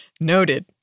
Noted